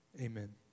amen